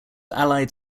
allied